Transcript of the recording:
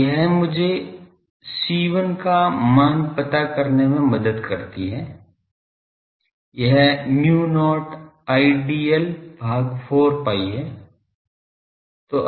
तो यह मुझे C1 का मान पता करने में मदद करती है यह mu not Idl भाग 4pi हैं